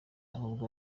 ahubwo